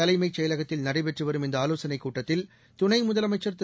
தலைமைச் செயலகத்தில் நடைபெற்று வரும் இந்த ஆலோசனைக் கூட்டத்தில் துணை முதலமைச்சர் திரு